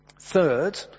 Third